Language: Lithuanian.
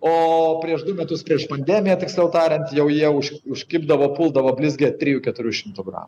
o prieš du metus prieš pandemiją tiksliau tariant jau jie už užkibdavo puldavo blizgę trijų keturių šimtų gramų